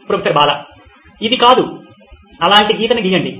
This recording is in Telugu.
ప్రొఫెసర్ బాలా ఇది కాదు అలాంటి గీతను గీయండి